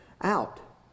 out